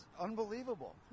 unbelievable